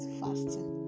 fasting